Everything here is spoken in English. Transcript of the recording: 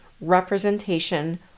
representation